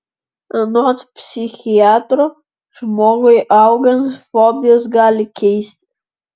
anot psichiatro žmogui augant fobijos gali keistis